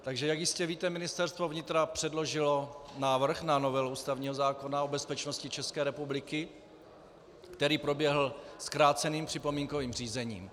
Takže jak jistě víte, Ministerstvo vnitra předložilo návrh na novelu ústavního zákona o bezpečnosti České republiky, který proběhl zkráceným připomínkovým řízením.